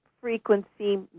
frequency